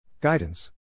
Guidance